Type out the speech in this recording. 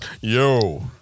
yo